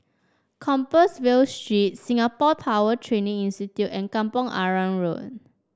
Compassvale Street Singapore Power Training Institute and Kampong Arang Road